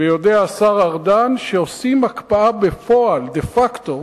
והשר ארדן יודע שעושים הקפאה בפועל, דה-פקטו,